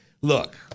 look